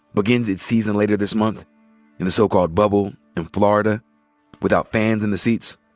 begins its season later this month in the so-called bubble in florida without fans in the seats,